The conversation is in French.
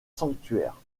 sanctuaire